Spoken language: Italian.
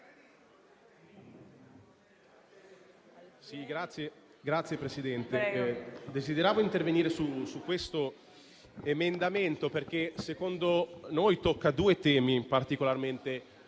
Signor Presidente, desidero intervenire su questo emendamento perché - secondo noi - tocca due temi particolarmente